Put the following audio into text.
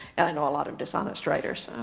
and i know a lot of dishonest writers,